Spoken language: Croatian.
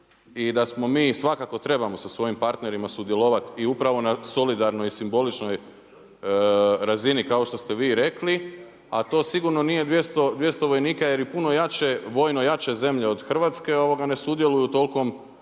i da mi svakako trebamo sa svojim partnerima sudjelovati i upravo na solidarnoj i simboličnoj razini kao što ste vi i rekli, a to sigurno nije 200 vojnika jer i puno jače, vojno jače zemlje od Hrvatske ne sudjeluju u tolikom